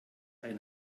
ein